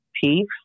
peace